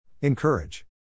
Encourage